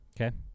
Okay